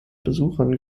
besuchern